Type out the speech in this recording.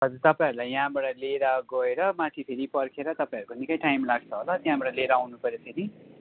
हजुर तपाईँहरूलाई यहाँबाट लिएर गएर माथि फेरि पर्खेर तपाईँहरूको निकै टाइम लाग्छ होला त्यहाँबाट लिएर आउनु पऱ्यो फेरि